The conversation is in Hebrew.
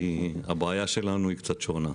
כי הבעיה שלנו היא קצת שונה.